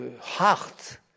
heart